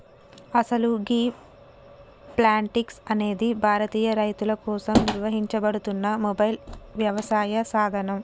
అసలు గీ ప్లాంటిక్స్ అనేది భారతీయ రైతుల కోసం నిర్వహించబడుతున్న మొబైల్ యవసాయ సాధనం